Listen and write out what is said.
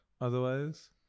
Otherwise